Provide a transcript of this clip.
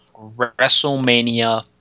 WrestleMania